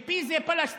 ו-P זה פלסטין.